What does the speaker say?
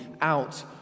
out